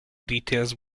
details